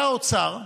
היה האוצר,